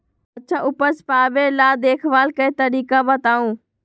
अच्छा उपज पावेला देखभाल के तरीका बताऊ?